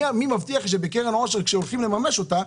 מי מבטיח שבקרן העושר, כשהולכים לממש אותה,